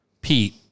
Pete